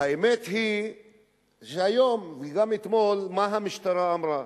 האמת היא שהיום וגם אתמול, מה המשטרה אמרה?